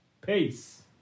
peace